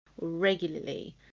regularly